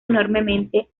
enormemente